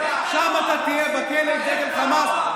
--- שם אתה תהיה, בכלא עם דגל חמאס.